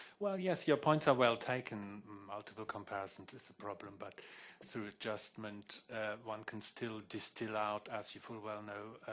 well, yes. your points are well taken. multiple comparisons is a problem but through adjustment one can still distill out, as you full well know,